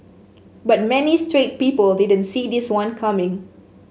bet many straight people didn't see this one coming